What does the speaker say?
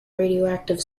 radioactive